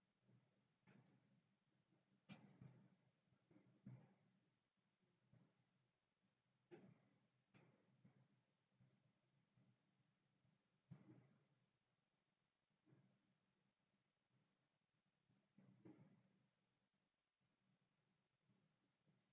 in